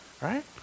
Right